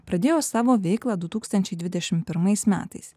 pradėjo savo veiklą du tūkstančiai dvidešim pirmais metais